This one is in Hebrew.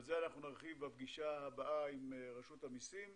על זה נרחיב בפגישה הבאה עם רשות המסים.